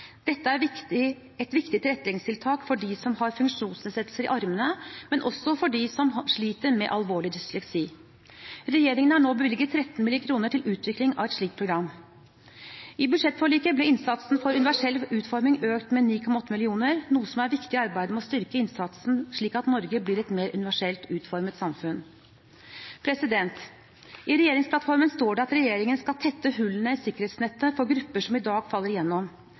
Dette er et viktig tilretteleggingstiltak for dem som har funksjonsnedsettelser i armene, men også for dem som sliter med alvorlig dysleksi. Regjeringen har nå bevilget 13 mill. kr til utvikling av et slikt program. I budsjettforliket ble innsatsen for universell utforming økt med 9,8 mill. kr, noe som er viktig i arbeidet med å styrke innsatsen, slik at Norge blir et mer universelt utformet samfunn. I regjeringsplattformen står det at regjeringen skal «tette hullene i sikkerhetsnettet for grupper som i dag faller igjennom.»